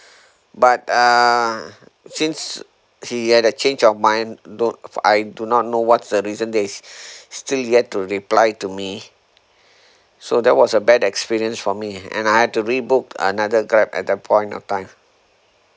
but um since he had a change of mind don't for I do not know what's the reason there is still yet to reply to me so that was a bad experience for me and I had to rebook another grab at that point of time